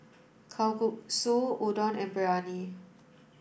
Kalguksu Udon and Biryani